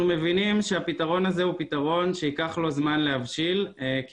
אנחנו מבינים שהפתרון הזה הוא פתרון שייקח לו זמן להבשיל כי